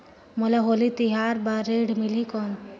मोला होली तिहार बार ऋण मिलही कौन?